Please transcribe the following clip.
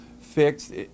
fixed